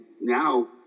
now